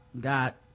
got